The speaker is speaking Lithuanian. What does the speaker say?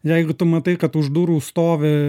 jeigu tu matai kad už durų stovi